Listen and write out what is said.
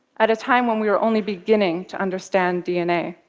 at a time when we were only beginning to understand dna.